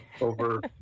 over